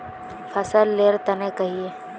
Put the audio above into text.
फसल लेर तने कहिए?